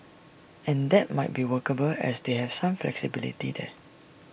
and that might be workable as they have some flexibility there